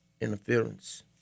interference